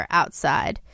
outside